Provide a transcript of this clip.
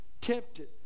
tempted